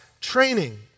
training